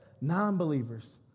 non-believers